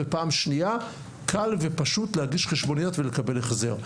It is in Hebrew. ופעם שנייה קל ופשוט להגיש חשבוניות ולקבל החזר,